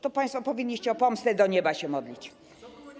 To państwo powinniście o pomstę do nieba się modlić.